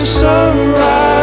sunrise